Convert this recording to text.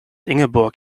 ingeborg